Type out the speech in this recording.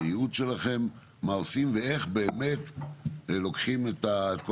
בייעוד שלכם מה עושים ואיך באמת לוקחים את כל